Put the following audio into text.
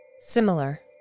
similar